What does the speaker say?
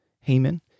Haman